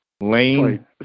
Lane